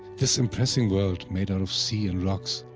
this impressing world made out of sea and rocks,